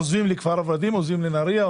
ועוזבים לכפר ורדים או לנהריה.